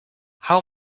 how